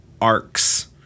arcs